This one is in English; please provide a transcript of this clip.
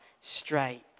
straight